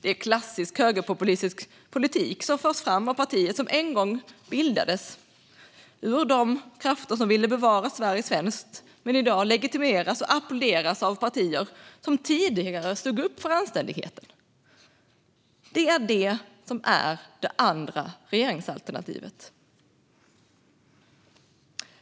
Det är klassisk högerpopulistisk politik som förs fram av partiet som en gång bildades ur de krafter som ville bevara Sverige svenskt men som i dag legitimeras och applåderas av partier som tidigare stod upp för anständigheten. Det är det som är det andra regeringsalternativet.